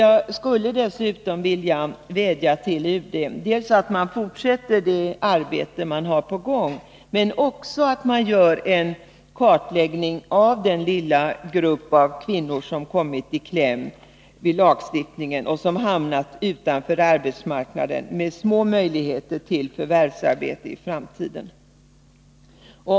Jag skulle dessutom vilja vädja till UD dels att man där fortsätter det arbete som är på gång, dels att man gör en kartläggning av den lilla grupp av kvinnor som kommit i kläm genom lagstiftningen och som hamnat utanför arbetsmarknaden, med små möjligheter till förvärvsarbete i framtiden.